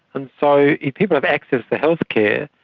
and so if people have access to healthcare,